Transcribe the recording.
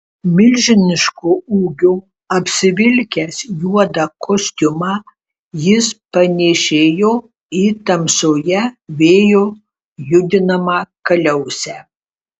milžiniško ūgio apsivilkęs juodą kostiumą jis panėšėjo į tamsoje vėjo judinamą kaliausę